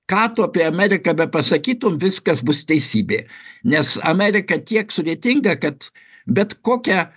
ką tu apie ameriką bepasakytum viskas bus teisybė nes amerika tiek sudėtinga kad bet kokia